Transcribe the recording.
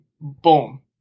boom